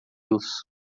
los